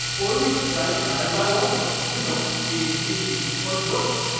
or we could try trial by water. you know, see if she sinks or floats.